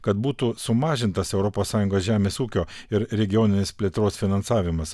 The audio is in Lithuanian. kad būtų sumažintas europos sąjungos žemės ūkio ir regioninės plėtros finansavimas